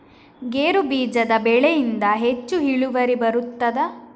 ಗೇರು ಬೀಜದ ಬೆಳೆಯಿಂದ ಹೆಚ್ಚು ಇಳುವರಿ ಬರುತ್ತದಾ?